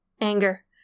Anger